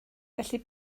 felly